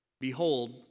Behold